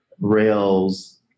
Rails